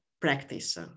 practice